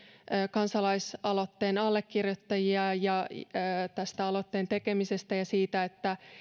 kansalaisaloitteen allekirjoittajia tästä aloitteen tekemisestä ja siitä että